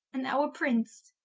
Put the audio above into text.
and thou a prince,